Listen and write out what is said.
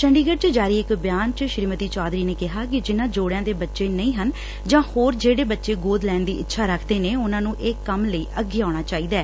ਚੰਡੀਗੜ ਚ ਜਾਰੀ ਇੱਕ ਬਿਆਨ ਵਿੱਚ ਸ੍ਰੀਮਤੀ ਚੋਧਰੀ ਨੇ ਕਿਹਾ ਕਿ ਜਿਨੂਾਂ ਜੋੜਿਆਂ ਦੇ ਬੱਚੇ ਨਹੀ ਨੇ ਜਾਂ ਹੋਰ ਜਿਹੜੇ ਬੱਚੇ ਗੋਦ ਲੈਣ ਦੀ ਇੱਛਾ ਰੱਖਦੇ ਨੇ ਉਨੂਾਂ ਨੂੰ ਇਸ ਕੰਮ ਲਈ ਅੱਗੇ ਆਉਣਾ ਚਾਹੀਦੈ